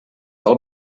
del